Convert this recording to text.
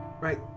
right